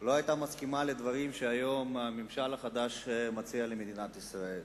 לא היתה מסכימה לדברים שהיום הממשל החדש מציע למדינת ישראל.